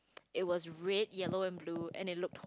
it was red yellow and blue and it looked